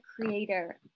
creator